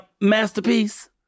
masterpiece